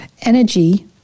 energy